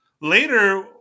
later